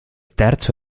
terzo